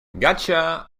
gotcha